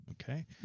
Okay